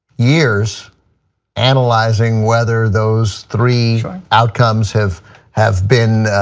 years analyzing whether those three outcomes have have been,